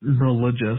religious